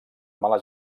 mala